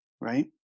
Right